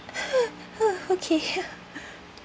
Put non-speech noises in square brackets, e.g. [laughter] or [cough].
[noise] okay !huh!